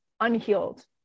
unhealed